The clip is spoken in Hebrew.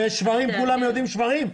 ושברים, כולם יודעים שברים?